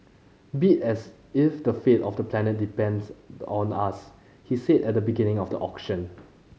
bid as if the fate of the planet depends on us he said at the beginning of the auction